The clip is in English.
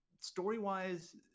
story-wise